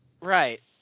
Right